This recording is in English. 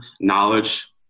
knowledge